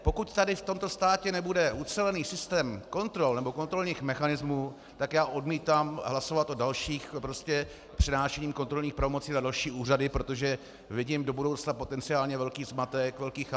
Pokud tady v tomto státě nebude ucelený systém kontrol nebo kontrolních mechanismů, tak já odmítám hlasovat o dalším přenášení kontrolních pravomocí na další úřady, protože vidím do budoucna potenciálně velký zmatek, velký chaos.